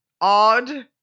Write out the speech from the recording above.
odd